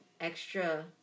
extra